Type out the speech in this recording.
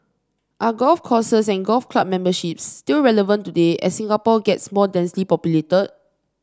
are golf courses and golf club memberships still relevant today as Singapore gets more densely